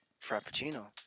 Frappuccino